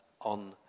on